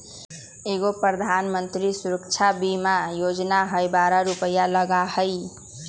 एगो प्रधानमंत्री सुरक्षा बीमा योजना है बारह रु लगहई?